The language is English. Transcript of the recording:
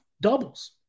doubles